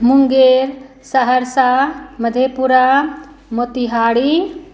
Munger Saharsa Madhepura Motihari